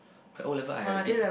I O-level I had a bit